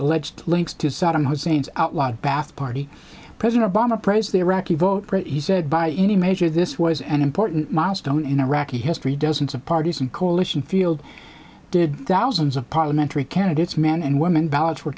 alleged links to saddam hussein's outlawed bath party president obama praised the iraqi vote he said by any measure this was an important milestone in iraqi history dozens of parties and coalition field did thousands of parliamentary candidates men and women ballots were